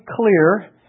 clear